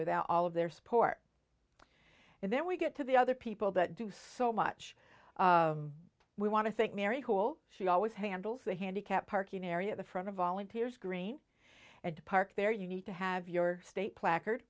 without all of their support and then we get to the other people that do so much we want to thank mary cool she always handles the handicapped parking area at the front of volunteers green and park there you need to have your state placard